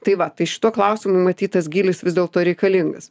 tai va tai šituo klausimu numatytas gylis vis dėlto reikalingas